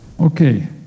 Okay